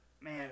Man